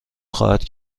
خواهد